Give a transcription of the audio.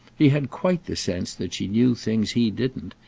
he had quite the sense that she knew things he didn't,